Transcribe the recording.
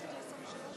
הרשויות המקומיות,